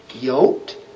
yoked